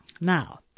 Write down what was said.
Now